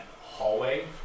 hallway